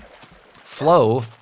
flow